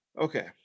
Okay